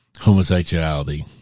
homosexuality